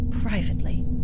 Privately